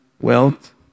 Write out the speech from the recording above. wealth